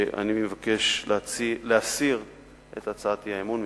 אני מבקש להסיר את הצעת האי-אמון מסדר-היום.